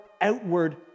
outward